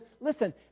listen